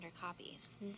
copies